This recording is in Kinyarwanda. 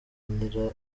nyira